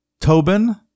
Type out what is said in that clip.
Tobin